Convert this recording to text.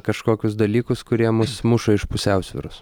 kažkokius dalykus kurie mus muša iš pusiausvyros